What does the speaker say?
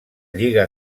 lliga